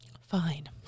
Fine